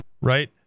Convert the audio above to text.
Right